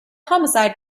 homicide